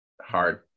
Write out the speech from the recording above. hard